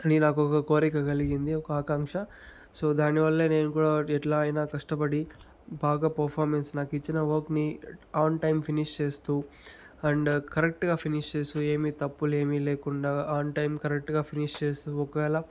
అని నాకు ఒక కోరిక కలిగింది ఒక ఆకాంక్ష సో దానివల్ల నేను కూడా ఎట్లా అయినా కష్టపడి బాగా పర్ఫార్మన్స్ నాకు ఇచ్చిన వర్క్ని ఆన్ టైం ఫినిష్ చేస్తూ అండ్ కరెక్ట్గా ఫినిష్ చేస్తు ఏమీ తప్పులేమీ లేకుండా ఆన్ టైం కరెక్ట్గా ఫినిష్ చేస్తు ఒకవేళ